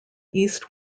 east